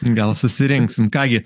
gal susirinksim ką gi